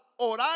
orar